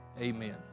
Amen